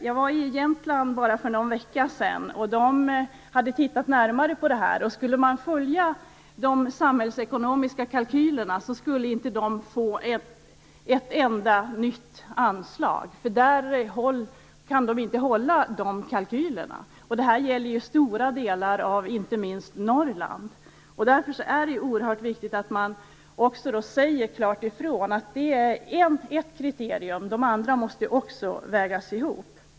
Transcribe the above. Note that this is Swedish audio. Jag var i Jämtland för bara någon vecka sedan. Där hade de tittat närmare på detta. Skulle man följa de samhällsekonomiska kalkylerna skulle de inte få ett enda nytt anslag, för i Jämtland kan de inte hålla sig inom de kalkylerna. Detta gäller stora delar av inte minst Norrland. Därför är det oerhört viktigt att man klart säger ifrån att detta är ett kriterium. De andra måste också vägas in.